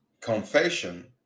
confession